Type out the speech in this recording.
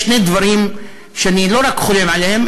יש שני דברים שאני לא רק חולם עליהם,